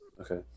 Okay